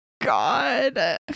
god